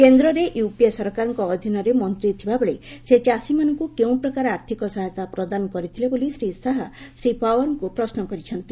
କେନ୍ଦ୍ରରେ ୟୁପିଏ ସରକାରଙ୍କ ଅଧୀନରେ ମନ୍ତ୍ରୀ ଥିବାବେଳେ ସେ ଚାଷୀମାନଙ୍କୁ କେଉଁ ପ୍ରକାର ଆର୍ଥିକ ସହାୟତା ପ୍ରଦାନ କରିଥିଲେ ବୋଲି ଶ୍ରୀ ଶାହା ଶ୍ରୀ ପାୱାରଙ୍କୁ ପ୍ରଶ୍ନ କରିଛନ୍ତି